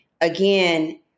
again